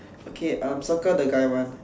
okay um circle the guy one